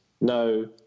No